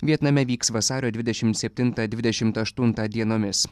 vietname vyks vasario dvidešim septintą dvidešimt aštuontą dienomis